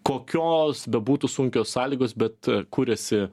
kokios bebūtų sunkios sąlygos bet kuriasi